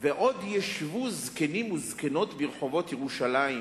ו"עוד ישבו זקנים וזקנות ברחבות ירושלם